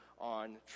on